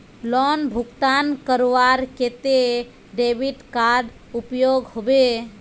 Loan भुगतान करवार केते डेबिट कार्ड उपयोग होबे?